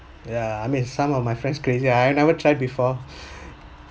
yeah I mean some of my friends crazy I've never tried before